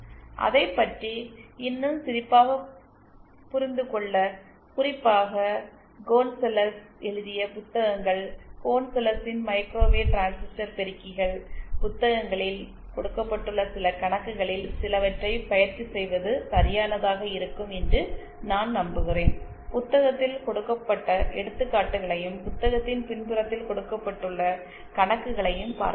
அதைப் பற்றி இன்னும் சிறப்பாகப் புரிந்துகொள்ள குறிப்பாக கோன்சலஸ் எழுதிய புத்தகங்கள்கோன்சலஸின் மைக்ரோவேவ் டிரான்சிஸ்டர் பெருக்கிகள் புத்தகங்களில் கொடுக்கப்பட்டுள்ள சில கணக்குகளில் சிலவற்றைப் பயிற்சி செய்வது சரியானதாக இருக்கும் என்று நான் நம்புகிறேன் புத்தகத்தில் கொடுக்கப்பட்ட எடுத்துக்காட்டுகளையும் புத்தகத்தின் பின்புறத்தில் கொடுக்கப்பட்டுள்ள கணக்குகளையும் பார்க்கவும்